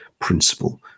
principle